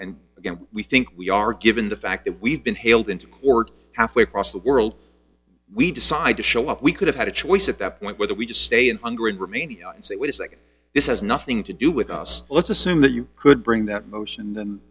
and again we think we are given the fact that we've been hailed into court halfway across the world we decide to show up we could have had a choice at that point whether we just stay in hungary romania and see what it's like this has nothing to do with us let's assume that you could bring that motion than